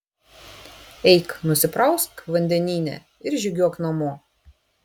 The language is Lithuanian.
eik nusiprausk vandenyne ir žygiuok namo